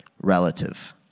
relative